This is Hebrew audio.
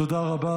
תודה רבה.